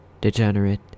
degenerate